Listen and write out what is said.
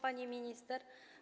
Pani Minister!